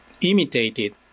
imitated